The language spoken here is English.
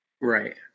Right